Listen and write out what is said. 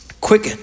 Quick